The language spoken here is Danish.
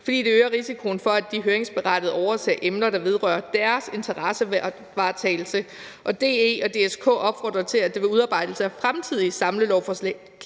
fordi det øger risikoen for, at de høringsberettigede overser emner, der vedrører deres interessevaretagelse, og DE og DSK opfordrer til, at det ved udarbejdelse af fremtidige samlelovforslag